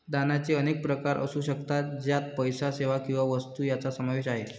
दानाचे अनेक प्रकार असू शकतात, ज्यात पैसा, सेवा किंवा वस्तू यांचा समावेश आहे